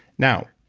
now,